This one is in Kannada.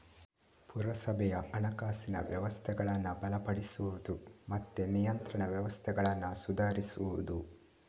ಪುರಸಭೆಯ ಹಣಕಾಸಿನ ವ್ಯವಸ್ಥೆಗಳನ್ನ ಬಲಪಡಿಸುದು ಮತ್ತೆ ನಿಯಂತ್ರಣ ವ್ಯವಸ್ಥೆಗಳನ್ನ ಸುಧಾರಿಸುದು